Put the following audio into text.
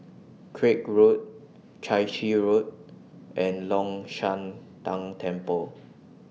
Craig Road Chai Chee Road and Long Shan Tang Temple